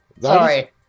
Sorry